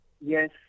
Yes